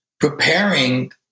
preparing